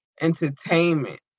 entertainment